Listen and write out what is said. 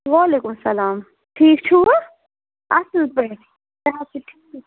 وعلیکُم السلام ٹھیٖک چھِوٕ اَصٕل پٲٹھۍ صحت چھُ ٹھیٖک